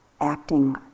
acting